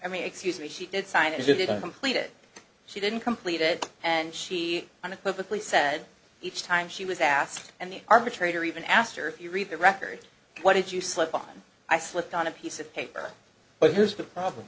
i mean excuse me she did sign it didn't complete it she didn't complete it and she on it perfectly said each time she was asked and the arbitrator even asked her if you read the record what did you slip on i slipped on a piece of paper but here's the problem